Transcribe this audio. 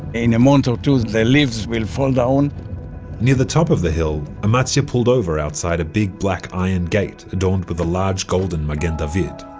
in a month or two, the leaves will fall down near the top of the hill, amatzia pulled over outside a big black iron gate, adorned with a large golden magen david.